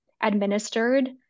administered